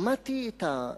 אגב,